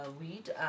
weed